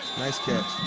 nice catch.